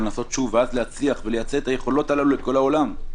לנסות שוב ואז להצליח ולייצא את היכולות הללו לכל העולם.